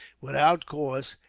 without cause,